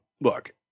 look